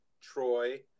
troy